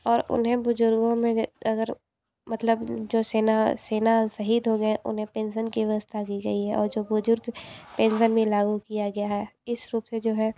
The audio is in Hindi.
और उन्हें बुजुर्गो में जैसे अगर मतलब जो सेना सेना शहीद हो गएँ उन्हें पेंशन की व्यवस्था की गई है और जो बुजुर्ग पेंशन में लागू किया गया है इस रूप से जो है